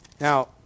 Now